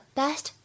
best